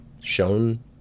shown